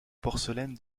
porcelaine